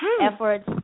efforts